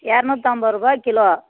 இரநூத்து ஐம்பதுருபா கிலோ